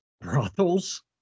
brothels